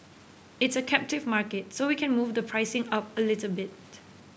it's a captive market so we can move the pricing up a little bit